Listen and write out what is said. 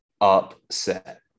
upset